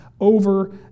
Over